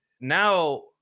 now